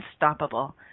unstoppable